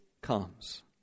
comes